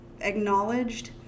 acknowledged